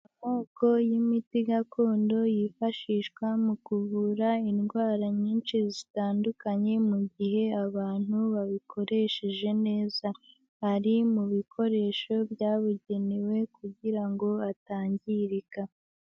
Amoko y'imiti gakondo yifashishwa mu kuvura indwara nyinshi zitandukanye mu gihe abantu babikoresheje neza, ari mu bikoresho byabugenewe kugira ngo atangirika.